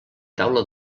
taula